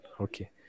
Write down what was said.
okay